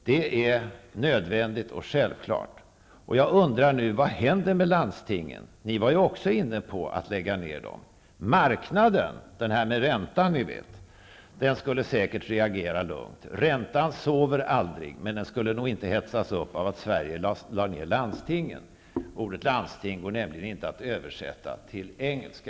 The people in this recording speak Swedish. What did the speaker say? Det är nödvändigt och självklart. Jag undrar nu: Vad händer med landstingen? Ni var också inne på att lägga ned dem. Marknaden -- den där med räntan ni vet -- skulle säkert reagera lugnt. Räntan sover aldrig, men den skulle nog inte hetsas upp av att Sverige lade ner landstingen. Ordet landsting går nämiligen inte att översätta till engelska.